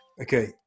Okay